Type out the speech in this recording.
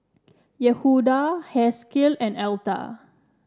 Yehuda Haskell and Alta